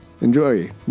enjoy